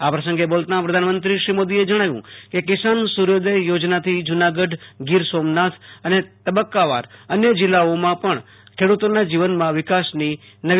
આ પ્રસંગે બોલતાં પ્રધાનમંત્રી શ્રી મોદીએ જણાવ્યું કે કિસાન સૂર્યોદથ યોજનાથી જ્વનાગઢ ગીર સોમનાથ અને તબક્કાવાર અન્ય જિલ્લાઓમાં ખેડૂતોના જીવનમાં વિકાસની નવી ક્ષિતિજી ખૂલશે